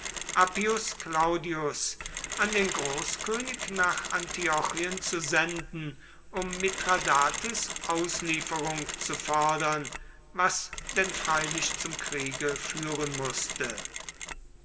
appius claudius an den großkönig nach antiochien zu senden um mithradates auslieferung zu fordern was denn freilich zum kriege führen mußte